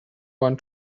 one